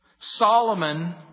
Solomon